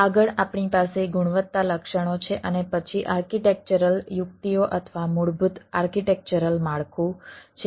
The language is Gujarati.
આગળ આપણી પાસે ગુણવત્તા લક્ષણો છે અને પછી આર્કિટેક્ચરલ યુક્તિઓ અથવા મૂળભૂત આર્કિટેક્ચરલ માળખું છે